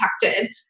protected